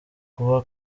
kuba